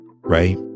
right